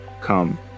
Come